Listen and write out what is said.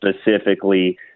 specifically